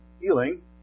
healing